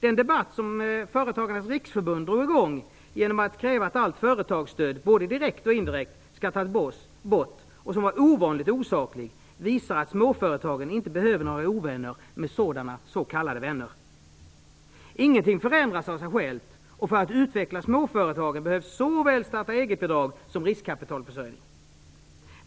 Den debatt som företagarnas riksförbund drog i gång genom att kräva att allt företagsstöd, både direkt och indirekt, skall tas bort - och som var ovanligt osaklig - visar att småföretagen inte behöver några ovänner med sådana s.k. Ingenting förändras av sig självt, och för att utveckla småföretagen behövs såväl starta-eget-bidrag som riskkapitalförsörjning.